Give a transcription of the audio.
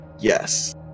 yes